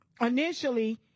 initially